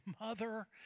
mother